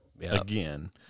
again